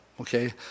okay